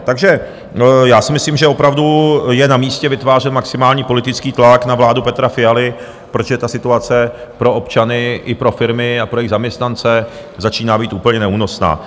Takže já si myslím, že opravdu je namístě vytvářet maximální politický tlak na vládu Petra Fialy, protože situace pro občany i pro firmy a pro jejich zaměstnance začíná být úplně neúnosná.